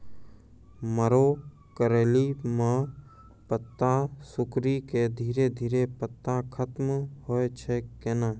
मरो करैली म पत्ता सिकुड़ी के धीरे धीरे पत्ता खत्म होय छै कैनै?